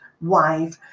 wife